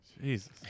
Jesus